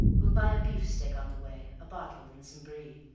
we'll buy a beefsteak on the way, a bottle and some brie.